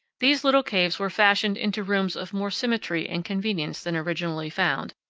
these little caves were fashioned into rooms of more symmetry and convenience than originally found,